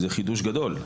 שזה חידוש גדול,